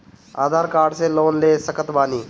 आधार card से loan ले सकत बणी?